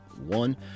one